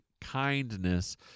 kindness